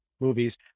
movies